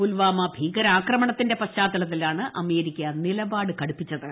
പുൽവാമ ഭീകരാക്രമണത്തിന്റെ ് പശ്ചാത്തലത്തിലാണ് അമേരിക്ക നിലപാട് കടുപ്പിച്ചത്